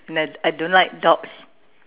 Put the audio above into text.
no I don't like dogs